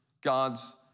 God's